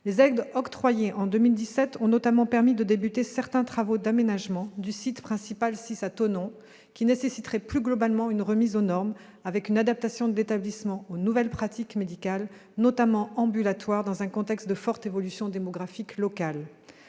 Les aides octroyées en 2017 ont notamment permis de commencer certains travaux d'aménagement du site principal sis à Thonon-les-Bains, qui nécessiterait plus globalement une remise aux normes, avec une adaptation de l'établissement aux nouvelles pratiques médicales, notamment ambulatoires, dans un contexte de forte évolution démographique locale.